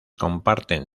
comparten